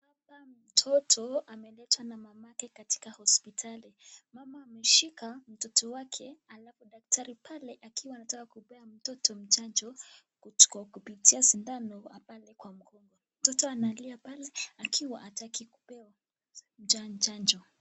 Hapa mtoto ameletwa na mama yake katika hospitali. Ameshika mtoto wake alafu daktari pale akiwa anataka kupea mtoto chanjo kwa kupitia sindano pale kwa mkono. Mtoto analia pale akiwa hataki kupewa chanjo.